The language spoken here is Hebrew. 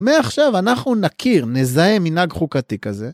מעכשיו אנחנו נכיר, נזהה מנהג חוקתי כזה.